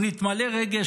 הוא נתמלא רגש,